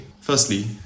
firstly